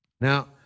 Now